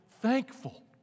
thankful